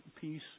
peace